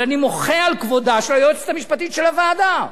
אבל אני מוחה על כבודה של היועצת המשפטית של הוועדה.